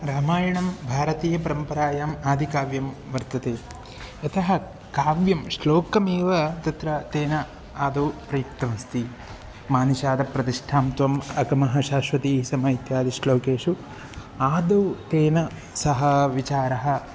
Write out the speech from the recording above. रामायणं भारतीयपरम्परायाम् आदिकाव्यं वर्तते यतः काव्यं श्लोकमेव तत्र तेन आदौ प्रयुक्तमस्ति मा निशाद प्रतिष्ठां त्वम् अगमः शाश्वती सम इत्यादि श्लोकेषु आदौ तेन सः विचारः